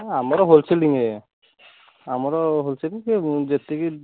ହଁ ଆମର ହୋଲସେଲିଂ ଆଜ୍ଞା ଆମର ହୋଲସେଲିଂ ସେ ଯେତିକି